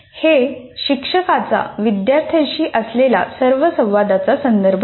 हे शिक्षकांचा विद्यार्थ्यांशी असलेल्या सर्व संवादांचा संदर्भ देते